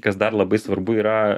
kas dar labai svarbu yra